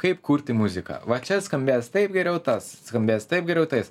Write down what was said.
kaip kurti muziką va čia skambės taip geriau tas skambės taip geriau tais